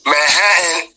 Manhattan